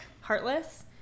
Heartless